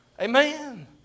Amen